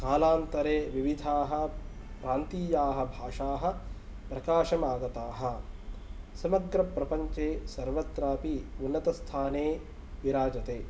कालान्तरे विविधाः प्रान्तीयाः भाषाः प्रकाशम् आगताः समग्रप्रपञ्चे सर्वत्रापि उन्नतस्थाने विराजते